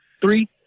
three